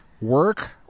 work